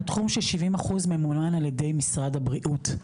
הוא תחום ש-70 אחוז ממומן על ידי משרד הבריאות,